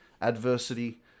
adversity